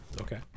Okay